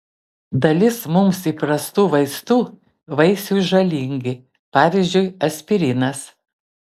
dalis mums įprastų vaistų vaisiui žalingi pavyzdžiui aspirinas